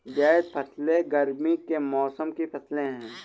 ज़ैद फ़सलें गर्मी के मौसम की फ़सलें हैं